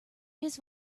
his